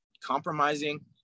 compromising